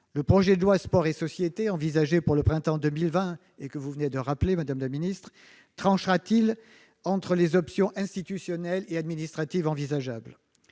Le projet de loi Sport et société envisagé pour le printemps 2020- ce que vous venez de rappeler, madame la ministre-, tranchera-t-il entre les options institutionnelles et administratives envisageables ?